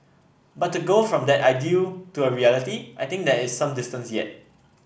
but to go from that ideal to a reality I think there is some distance yet